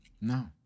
no